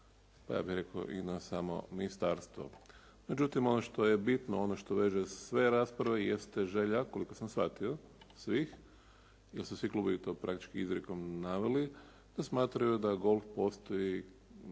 pa ja bih rekao i na samo ministarstvo. Međutim, ono što je bitno ono što veže sve rasprave jeste želja koliko sam shvatio svih, jer su svi klubovi to praktički izrijekom naveli, da smatraju da golf postoji